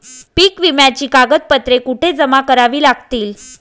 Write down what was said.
पीक विम्याची कागदपत्रे कुठे जमा करावी लागतील?